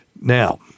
Now